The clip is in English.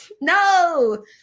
no